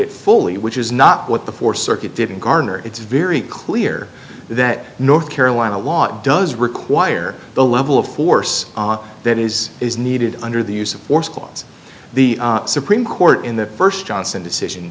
it fully which is not what the fourth circuit did and garner it's very clear that north carolina law does require the level of force that is is needed under the use of force because the supreme court in the first johnson decision